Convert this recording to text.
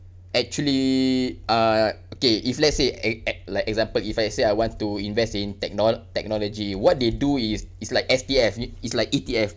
actually uh okay if let's say e~ e~ like example if I say I want to invest in technol~ technology what they do is is like S_D_F i~ is like E_T_F